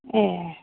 ऐ